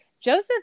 Joseph